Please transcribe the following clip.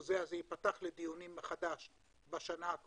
החוזה הזה ייפתח לדיונים מחדש ב-2021.